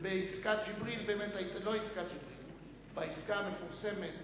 בעסקת ג'יבריל, בעסקה המפורסמת